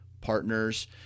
partners